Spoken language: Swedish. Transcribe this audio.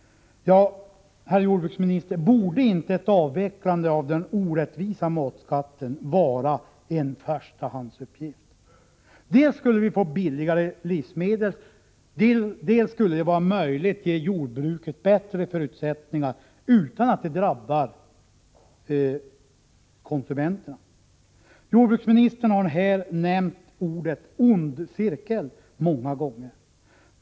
Herr jordbruksminister! Borde inte ett avvecklande av den orättvisa matskatten vara en förstahandsuppgift? Dels skulle vi då få billigare livsmedel, dels skulle det bli möjligt att ge jordbruket bättre förutsättningar utan att det drabbar konsumenterna. Jordbruksministern har här använt uttrycket ”ond cirkel”.